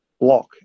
block